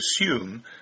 assume